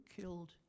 killed